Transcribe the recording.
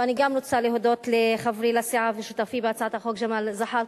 ואני גם רוצה להודות לחברי לסיעה ושותפי בהצעת החוק ג'מאל זחאלקה.